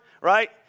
right